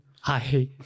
Hi